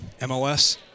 MLS